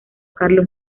carlos